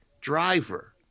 driver